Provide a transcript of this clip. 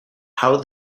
how